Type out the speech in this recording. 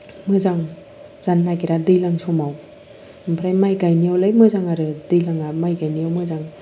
मोजां जानो नागिरा दैज्लां समाव ओमफ्राय माइ गायनायावलाय मोजां आरो दैज्लाङा माइ गायनायाव मोजां